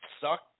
suck